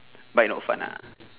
bike not fun ah